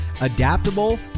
Adaptable